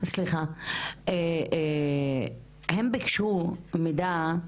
הם ביקשו מידע,